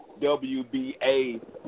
WBA